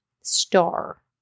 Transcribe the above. star